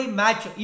match